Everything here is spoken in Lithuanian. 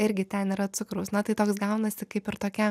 irgi ten yra cukraus na tai toks gaunasi kaip ir tokia